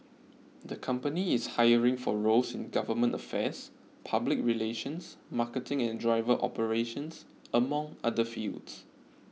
the company is hiring for roles in government affairs public relations marketing and driver operations among other fields